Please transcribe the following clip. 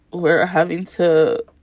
we're having to